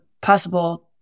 possible